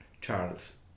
Charles